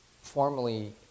formally